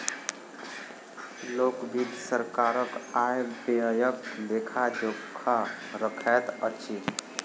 लोक वित्त सरकारक आय व्ययक लेखा जोखा रखैत अछि